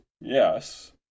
yes